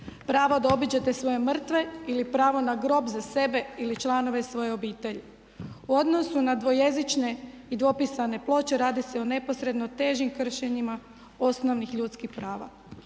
pravo da obiđete svoje mrtve ili pravo na grob za sebe ili članove svoje obitelji. U odnosu na dvojezične i dvopisane ploče radi se o neposredno težim kršenjima osnovnih ljudskih prava.